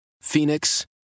Phoenix